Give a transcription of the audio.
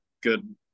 Good